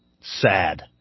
sad